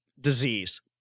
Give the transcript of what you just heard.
disease